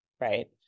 Right